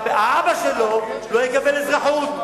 והאבא שלו לא יקבל אזרחות.